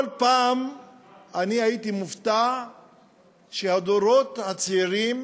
כל פעם אני הייתי מופתע שהדורות הצעירים